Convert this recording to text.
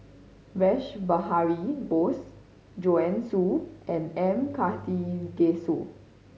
Rash Behari Bose Joanne Soo and M Karthigesu